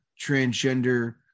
transgender